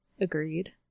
Agreed